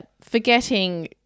forgetting